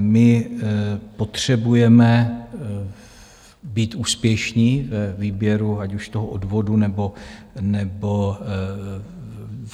My potřebujeme být úspěšní ve výběru, ať už toho odvodu, nebo